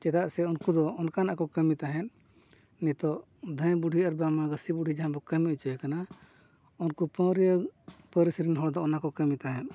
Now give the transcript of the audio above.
ᱪᱮᱫᱟᱜ ᱥᱮ ᱩᱱᱠᱩ ᱫᱚ ᱚᱱᱠᱟᱱᱟᱜ ᱠᱚ ᱠᱟᱹᱢᱤ ᱛᱟᱦᱮᱸᱜ ᱱᱤᱛᱳᱜ ᱫᱷᱟᱹᱭ ᱵᱩᱰᱷᱤ ᱟᱨ ᱵᱟᱢᱟ ᱜᱟᱹᱥᱤ ᱵᱩᱰᱷᱤ ᱡᱟᱦᱟᱸ ᱠᱚ ᱠᱟᱹᱢᱤ ᱦᱚᱪᱚᱭᱮ ᱠᱟᱱᱟ ᱩᱱᱠᱩ ᱯᱟᱹᱣᱨᱤᱭᱟᱹ ᱯᱟᱹᱨᱤᱥ ᱨᱮᱱ ᱦᱚᱲ ᱫᱚ ᱚᱱᱟ ᱠᱚ ᱠᱟᱹᱢᱤ ᱛᱟᱦᱮᱸᱜ